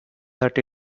that